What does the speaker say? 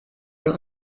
ihr